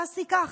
תעשי כך.